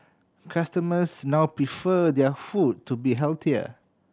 customers now prefer their food to be healthier